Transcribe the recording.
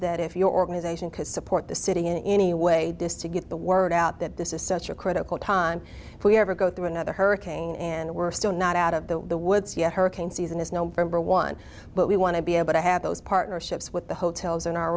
that if your organization could support the city in any way this to get the word out that this is such a critical time if we ever go through another hurricane and we're still not out of the the woods yet hurricane season is november one but we want to be able to have those partnerships with the hotels in our